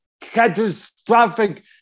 catastrophic